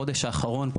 בחודש האחרון,